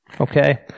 Okay